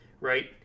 right